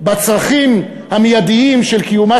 בצרכים המיידיים של קיומה,